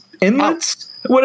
inlets